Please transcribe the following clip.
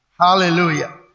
Hallelujah